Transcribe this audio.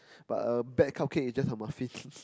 but a cupcake is just a muffin